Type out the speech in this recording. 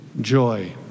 joy